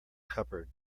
cupboard